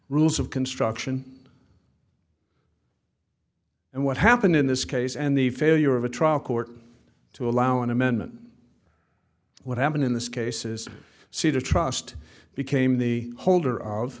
rules of construction and what happened in this case and the failure of a trial court to allow an amendment what happened in this case is c the trust became the holder of